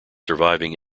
surviving